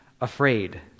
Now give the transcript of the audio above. afraid